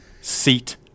seat